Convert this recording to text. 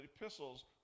epistles